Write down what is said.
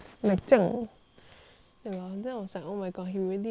ya lor then I was like oh my god he really wearing prosthetics